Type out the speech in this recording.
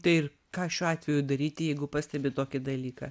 tai ir ką šiuo atveju daryti jeigu pastebi tokį dalyką